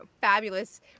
fabulous